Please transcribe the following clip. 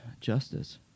justice